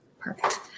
Perfect